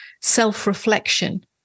self-reflection